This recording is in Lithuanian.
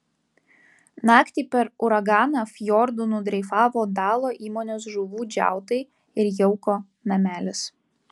naktį per uraganą fjordu nudreifavo dalo įmonės žuvų džiautai ir jauko namelis